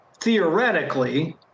theoretically